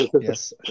Yes